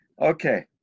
Okay